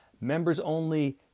members-only